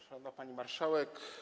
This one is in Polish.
Szanowna Pani Marszałek!